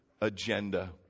agenda